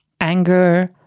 anger